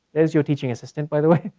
is your teaching assistant, by the way.